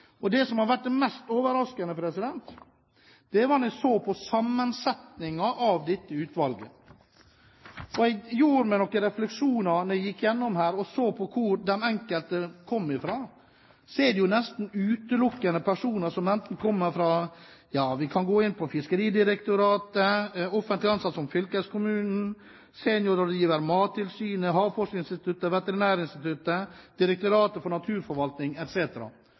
mest overraskende, er sammensetningen av dette utvalget. Jeg gjorde meg noen refleksjoner da jeg gikk igjennom dette og så på hvor den enkelte kom fra: Det er nesten utelukkende personer som enten kommer fra Fiskeridirektoratet, er ansatt i fylkeskommunen, er seniorrådgiver i Mattilsynet eller er fra Havforskningsinstituttet, fra Veterinærinstituttet, fra Direktoratet for naturforvaltning,